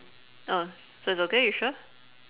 oh so it's okay you sure